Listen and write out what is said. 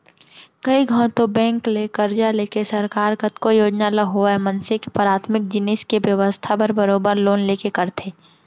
कइ घौं तो बेंक ले करजा लेके सरकार कतको योजना ल होवय मनसे के पराथमिक जिनिस के बेवस्था बर बरोबर लोन लेके करथे